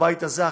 בבית הזה,